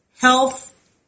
health